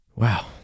wow